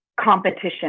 competition